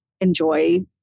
enjoy